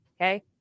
okay